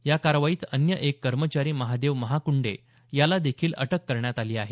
या कारवाईत अन्य एक कर्मचारी महादेव महाकूंडे याला देखील अटक करण्यात आली आहे